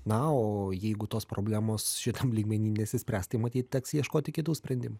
na o jeigu tos problemos šitam lygmeny neišsispręs tai matyt teks ieškoti kitų sprendimų